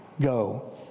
go